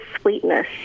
sweetness